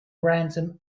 random